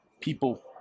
people